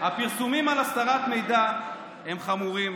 הפרסומים על הסתרת מידע הם חמורים